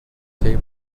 tae